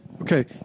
Okay